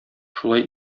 шулай